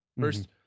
First